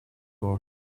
course